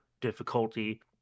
difficulty